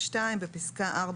בפסקה (4),